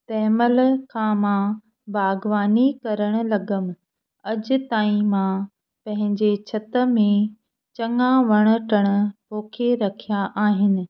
तंहिं महिल खां मां बाग़बानी करण लॻियमि अॼु ताईं मां पंहिंजे छत में चङा वणु टिणु पोखे रखिया आहिनि